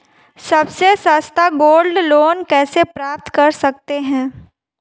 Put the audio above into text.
सबसे सस्ता gold loan कैसे प्राप्त कर सकते हैं?